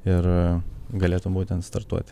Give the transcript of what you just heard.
ir galėtų būtent startuoti